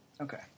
Okay